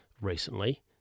recently